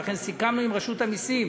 ולכן סיכמנו עם רשות המסים,